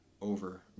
over